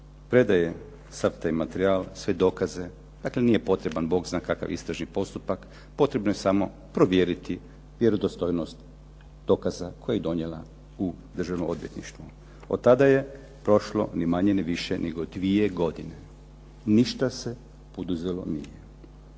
predaje sav taj materijal, sve dokaze. Dakle, nije potreban Bog zna kakav istražni postupak, potrebno je samo provjeriti vjerodostojnost dokaza koje je donijela u Državno odvjetništvo. Od tada je prošlo ni manje, ni više nego dvije godine. Ništa se poduzelo nije.